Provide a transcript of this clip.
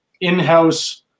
in-house